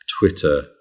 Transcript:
Twitter